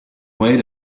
wait